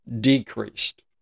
decreased